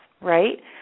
right